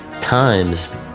times